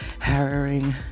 harrowing